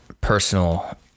personal